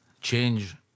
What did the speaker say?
change